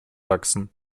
wachsen